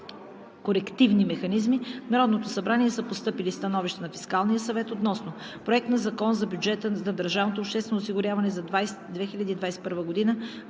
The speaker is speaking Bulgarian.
корективни механизми в Народното събрание са постъпили становища на Фискалния съвет относно Проект на закон за бюджета на държавното обществено осигуряване за 2021 г.;